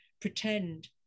pretend